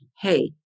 hey